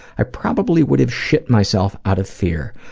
i probably would have shit myself out of fear.